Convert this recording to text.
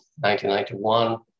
1991